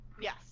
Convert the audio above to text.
Yes